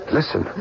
Listen